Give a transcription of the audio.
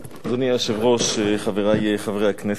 היושב-ראש, חברי חברי הכנסת,